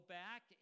back